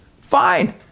Fine